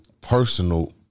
personal